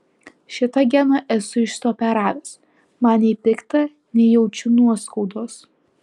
šitą geną esu išsioperavęs man nei pikta nei jaučiu nuoskaudos